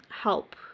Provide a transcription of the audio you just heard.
help